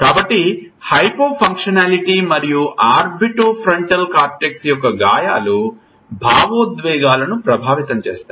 కాబట్టి హైపోఫంక్షనాలిటీ మరియు orbitofrontal cortex యొక్క గాయాలు భావోద్వేగాలను ప్రభావితం చేస్తాయి